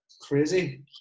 Crazy